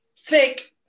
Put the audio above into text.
thick